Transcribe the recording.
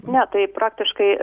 ne tai praktiškai